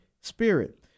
Spirit